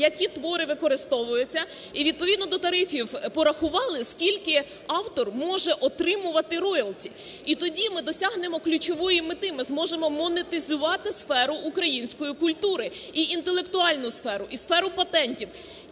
які твори використовуються і, відповідно до тарифів, порахували, скільки автор може отримувати роялті? І тоді ми досягнемо ключової мети, ми зможемо монетизувати сферу української культури, і інтелектуальну сферу, і сферу патентів.